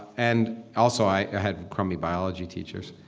and also, i had crummy biology teachers.